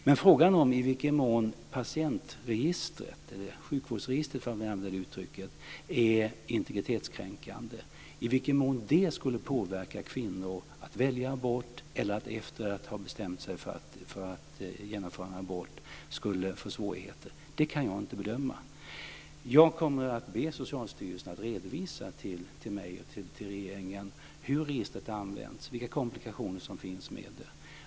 Men frågan om i vilken mån patientregistret, eller sjukvårdsregistret för att använda det uttrycket, är integritetskränkande, i vilken mån det skulle påverka kvinnor att välja abort, i vilken mån kvinnor efter det att de har bestämt sig för att genomföra en abort skulle få svårigheter kan jag inte bedöma. Jag kommer att be Socialstyrelsen att redovisa till mig och till regeringen hur registret används, vilka komplikationer som finns med det.